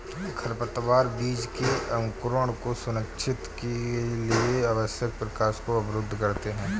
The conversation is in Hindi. खरपतवार बीज के अंकुरण को सुनिश्चित के लिए आवश्यक प्रकाश को अवरुद्ध करते है